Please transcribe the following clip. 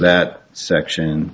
that section